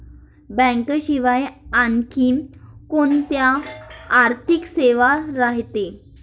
बँकेशिवाय आनखी कोंत्या आर्थिक सेवा रायते?